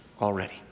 Already